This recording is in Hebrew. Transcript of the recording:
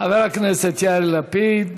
חבר הכנסת יאיר לפיד,